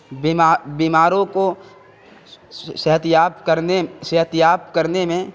بیما بیماروں کو صحتیاب کرنے صحتیاب کرنے میں